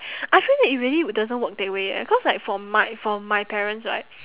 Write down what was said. I feel that it really doesn't work that way eh cause like for my for my parents right